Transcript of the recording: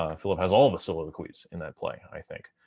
um phillip has all the soliloquies in that play i think